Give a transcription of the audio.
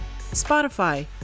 Spotify